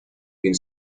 been